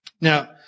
Now